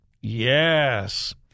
Yes